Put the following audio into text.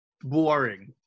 boring